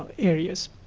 areas.